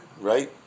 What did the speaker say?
right